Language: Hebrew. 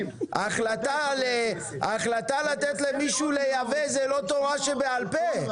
ההחלטה לתת למישהו לייבא זו לא תורה שבעל פה.